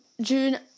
June